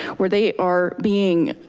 where they are being